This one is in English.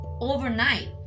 overnight